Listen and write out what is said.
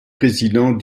président